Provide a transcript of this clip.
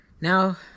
now